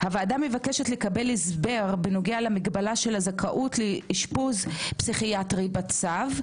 הוועדה מבקשת לקבל הסבר בנוגע למגבלה על הזכאות לאשפוז פסיכיאטרי בצו,